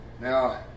Now